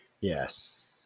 Yes